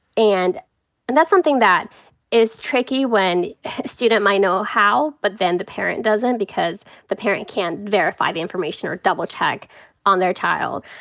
and and that's something that is tricky when a student might know how. but then the parent doesn't because the parent can't verify the information or double check on their child.